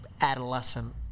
adolescent